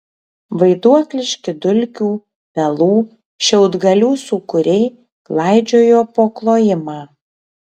vaiduokliški dulkių pelų šiaudgalių sūkuriai klaidžiojo po klojimą